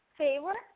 favor